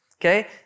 okay